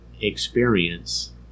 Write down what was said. experience